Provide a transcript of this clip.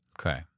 Okay